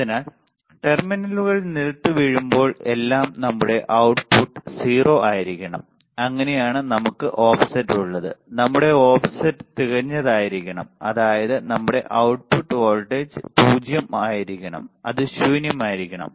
അതിനാൽ ടെർമിനലുകൾ നിലത്തുവീഴുമ്പോൾ എല്ലാം നമ്മുടെ output 0 ആയിരിക്കണം അങ്ങനെയാണ് നമുക്ക് ഓഫ്സെറ്റ് ഉള്ളത് നമ്മുടെ ഓഫ്സെറ്റ് തികഞ്ഞതായിരിക്കണം അതായത് നമ്മുടെ output വോൾട്ടേജ് 0 ആയിരിക്കണം അത് ശൂന്യമായിരിക്കണം